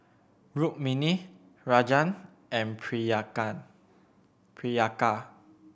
Rukmini Rajan and Priyanka